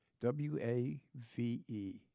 W-A-V-E